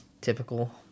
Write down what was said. Typical